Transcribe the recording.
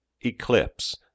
Eclipse